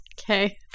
Okay